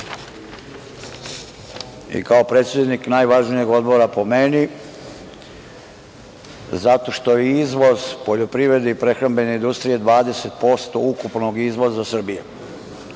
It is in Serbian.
i kao predsednik najvažnijeg Odbora, po meni, zato što je izvoz poljoprivrede i prehrambene industrije 20% ukupnog izvoza Srbije.